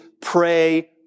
pray